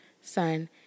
son